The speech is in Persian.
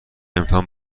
امتحان